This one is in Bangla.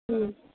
হুম